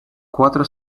cuatro